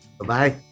Bye-bye